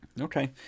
Okay